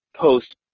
post